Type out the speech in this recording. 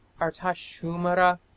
Artashumara